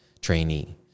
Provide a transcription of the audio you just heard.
trainee